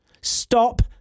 Stop